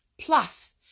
Plus